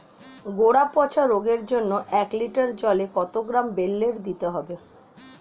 গোড়া পচা রোগের জন্য এক লিটার জলে কত গ্রাম বেল্লের দিতে হবে?